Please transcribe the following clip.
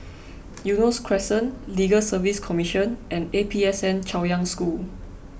Eunos Crescent Legal Service Commission and A P S N Chaoyang School